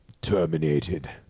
Terminated